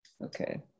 Okay